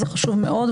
זה חשוב מאוד,